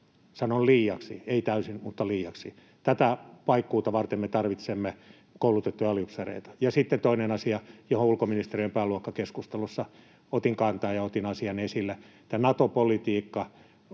Sanon liiaksi, ei täysin, mutta liiaksi. Tätä paikkuuta varten me tarvitsemme koulutettuja aliupseereita. Sitten toinen asia, johon ulkoministeriön pääluokkakeskustelussa otin kantaa ja otin asian esille: tämä Nato-politiikka.